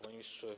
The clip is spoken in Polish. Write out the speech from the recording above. Panie Ministrze!